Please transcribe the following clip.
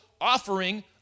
offering